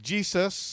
Jesus